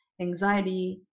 anxiety